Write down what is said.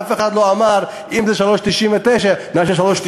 אף אחד לא אמר, אם זה 3.99, נעשה 3.90,